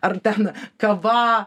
ar ten kava